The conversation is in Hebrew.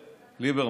ליברמן.